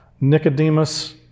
Nicodemus